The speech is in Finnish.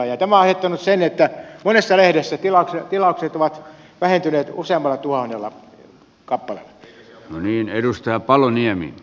tämä on aiheuttanut sen että monessa lehdessä tilaukset ovat vähentyneet useammalla tuhannella kappaleella